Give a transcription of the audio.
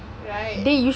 right